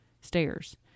stairs